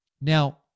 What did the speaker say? Now